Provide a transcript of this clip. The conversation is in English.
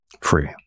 free